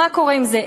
מה קורה עם זה?